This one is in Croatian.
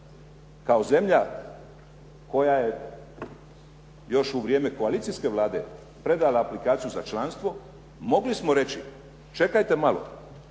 kao zemlja koja je još u vrijeme koalicijske Vlade predala aplikaciju za članstvo. Mogli smo reći čekajte malo.